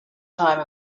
time